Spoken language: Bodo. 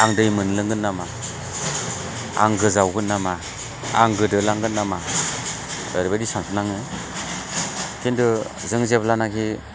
आं दै मोनलोंगोन नामा आं गोजावगोन नामा आं गोदोलांगोन नामा ओरैबादि सानफ्लाङो खिन्थु जों जेब्लानाखि